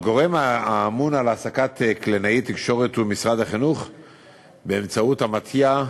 הגורם האמון על העסקת קלינאית תקשורת הוא משרד החינוך באמצעות מתי"א,